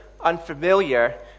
unfamiliar